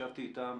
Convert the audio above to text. ישבתי איתם.